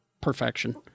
perfection